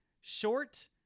short